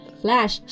flash